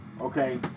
Okay